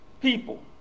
people